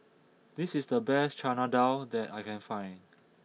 this is the best Chana Dal that I can find